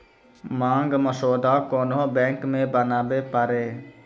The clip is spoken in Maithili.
मांग मसौदा कोन्हो बैंक मे बनाबै पारै